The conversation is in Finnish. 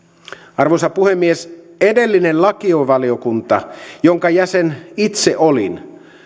arvoisa puhemies edellinen lakivaliokunta jonka jäsen itse olin